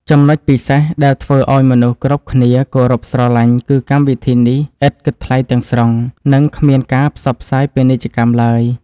ចំណុចពិសេសដែលធ្វើឱ្យមនុស្សគ្រប់គ្នាគោរពស្រឡាញ់គឺកម្មវិធីនេះឥតគិតថ្លៃទាំងស្រុង និង គ្មានការផ្សាយពាណិជ្ជកម្មឡើយ។